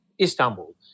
Istanbul